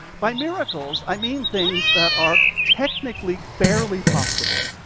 by miracles, i mean things that are technically barely possible,